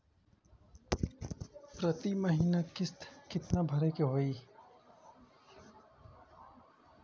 प्रति महीना किस्त कितना भरे के होई?